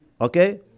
okay